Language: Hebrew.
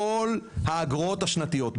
כל האגרות השנתיות.